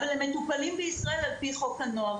אבל הם מטופלים בישראל על-פי חוק הנוער,